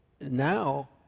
now